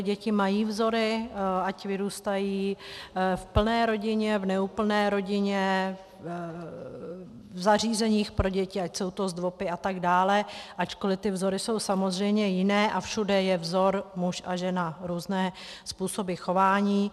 Děti mají vzory, ať vyrůstají v plné rodině, v neúplné rodině, v zařízeních pro děti, ať jsou to ZDVOPy atd., ačkoliv ty vzory jsou samozřejmě jiné a všude je vzor muž a žena, různé způsoby chování.